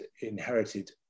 inherited